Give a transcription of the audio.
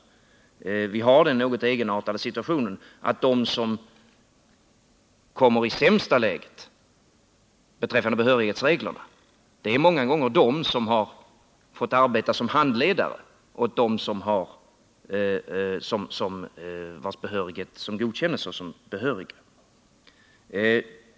Vi har den något egenartade situationen att de som kommer i det sämsta läget på grund av behörighetsreglerna många gånger är de som har fått arbeta som handledare åt dem som godkänns som behöriga.